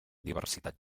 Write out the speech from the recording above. diversitat